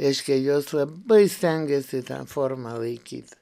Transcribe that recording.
reiškia jos labai stengėsi tą formą laikyt